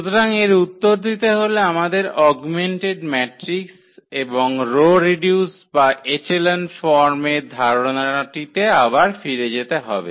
সুতরাং এর উত্তর দিতে হলে আমাদের অগমেন্টেড ম্যাট্রিক্স এবং রো রিডিউস বা এচেলন ফর্মের ধারণাটিতে আবার ফিরে যেতে হবে